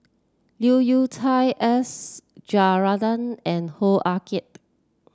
Leu Yew Chye S Rajendran and Hoo Ah Kay